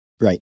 Right